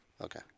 Okay